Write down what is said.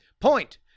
point